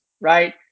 right